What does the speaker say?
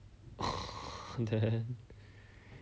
then